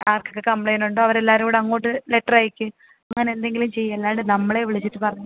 ആർക്കൊക്കെ കംപ്ലയിൻറ് ഉണ്ടോ അവരെല്ലാവരും കൂടെ അങ്ങോട്ട് ലെറ്റർ അയക്ക് അങ്ങനെന്തെങ്കിലും ചെയ്യ് അല്ലാണ്ട് നമ്മളെ വിളിച്ചിട്ട് പറഞ്ഞ്